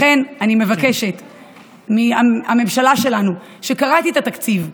לכן אני מבקשת מהממשלה שלנו, קראתי את התקציב.